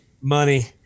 Money